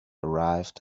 arrived